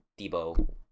Debo